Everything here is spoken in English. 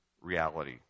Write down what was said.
reality